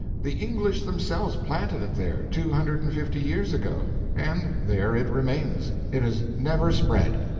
the english themselves planted it there, two hundred and fifty years ago, and there it remains it has never spread.